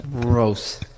Gross